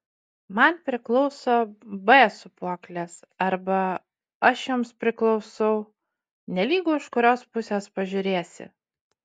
man priklauso b sūpuoklės arba aš joms priklausau nelygu iš kurios pusės pažiūrėsi